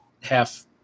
half